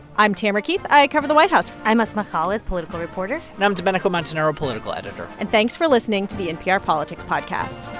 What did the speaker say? i'm tamara keith. i cover the white house i'm asma khalid, political reporter and i'm domenico montanaro, political editor and thanks for listening to the npr politics podcast